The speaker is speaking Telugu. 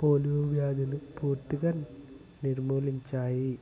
పోలియో వ్యాధిని పూర్తిగా నిర్మూలించాయి